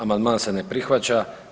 Amandman se ne prihvaća.